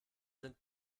sind